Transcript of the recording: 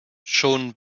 schon